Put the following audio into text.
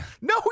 No